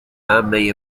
عمه